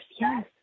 yes